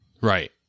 Right